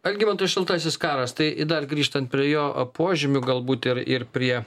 algimantai šaltasis karas tai dar grįžtant prie jo požymių galbūt ir ir prie